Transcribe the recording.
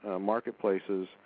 marketplaces